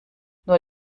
nur